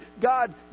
God